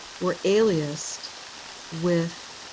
were aliased with